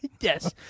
yes